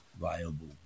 viable